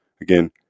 again